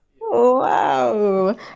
Wow